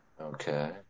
Okay